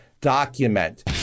document